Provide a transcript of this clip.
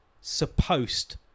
supposed